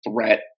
threat